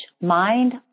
mind